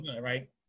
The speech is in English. right